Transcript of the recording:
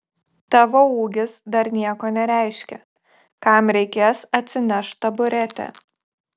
tavo ūgis dar nieko nereiškia kam reikės atsineš taburetę